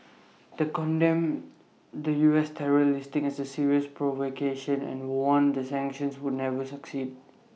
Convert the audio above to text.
the condemned the U S terror listing as A serious provocation and warned that sanctions would never succeed